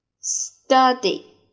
study